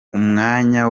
umwanya